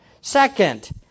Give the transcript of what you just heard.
Second